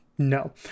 No